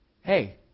Hey